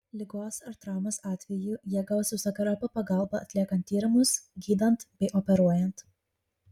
ligos ar traumos atveju jie gaus visokeriopą pagalbą atliekant tyrimus gydant bei operuojant